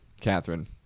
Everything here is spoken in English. Catherine